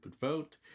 vote